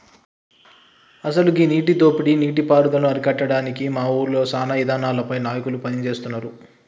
అసలు గీ నీటి దోపిడీ నీటి పారుదలను అరికట్టడానికి మా ఊరిలో సానా ఇదానాలపై నాయకులు పని సేస్తున్నారు